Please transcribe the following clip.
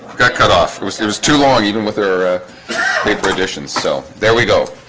got cut off was there was too long even with her paper additions. so there we go